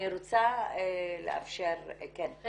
אנחנו